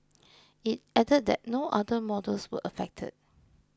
it added that no other models were affected